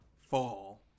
Fall